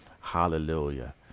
Hallelujah